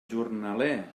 jornaler